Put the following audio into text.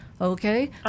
Okay